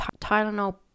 Tylenol